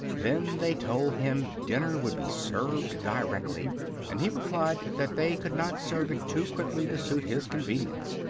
then they told him dinner would be served directly and he replied that they could not serve it too quickly to suit his convenience.